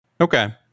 Okay